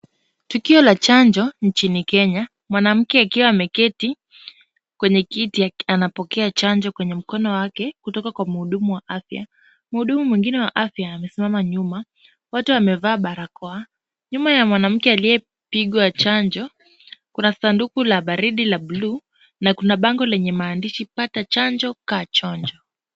Tukio la chanjo nchini Kenya, mwanamke akiwa ameketi kwenye kiti anapokea chanjo kwenye mkono wake kutoka kwa muhudumu wa afya. Muhudumu mwingine wa afya amesimama nyuma, wote wamevaa barakoa, nyuma ya mwanamke aliyepigwa chanjo kuna sanduku la baridi la buluu na kuna bango lenye maandishi pata chanjo, kaa chonjo.